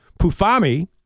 Pufami